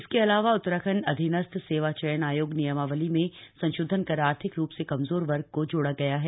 इसके अलावा उत्तराखंड अधीनस्थ सेवा चयन आयोग नियमावली में संशोधन कर आर्थिक रूप से कमजोर वर्ग को जोड़ा गया है